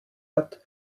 hat